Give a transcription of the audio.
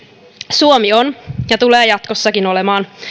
suomi on ja tulee jatkossakin olemaan